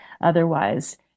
Otherwise